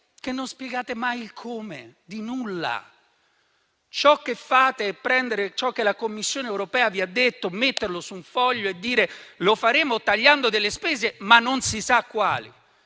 non spiegate mai il come rispetto a nulla. Ciò che fate è prendere ciò che la Commissione europea vi ha detto, metterlo su un foglio e dire che lo farete tagliando delle spese, ma non si sa quali.